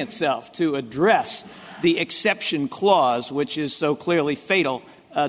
itself to address the exception clause which is so clearly fatal